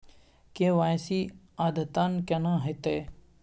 KYC अद्यतन केना होतै?